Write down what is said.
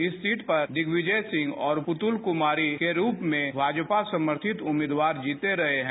इस सीट पर दिग्विजय सिंह और पुतुल कुमारी के रुप में भाजपा समर्थित उम्मीदवार जीतते रहे हैं